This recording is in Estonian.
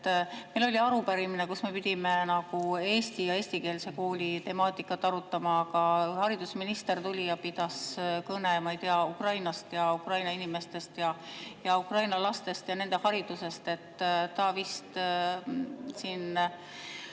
Meil oli arupärimine, kus me pidime arutama Eesti ja eestikeelse kooli temaatikat, aga haridusminister tuli ja pidas kõne Ukrainast ja Ukraina inimestest ja Ukraina lastest ja nende haridusest. Ta vist siin